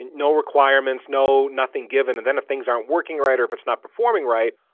and no requirements no nothing given, and then if things aren't working right or if it's not performing right,